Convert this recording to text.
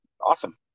awesome